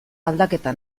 aldaketa